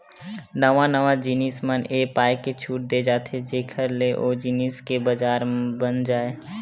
नवा नवा जिनिस म ए पाय के छूट देय जाथे जेखर ले ओ जिनिस के बजार बन जाय